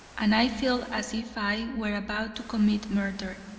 and i feel as if i were about to commit murder.